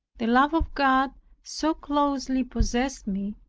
the love of god so closely possessed me,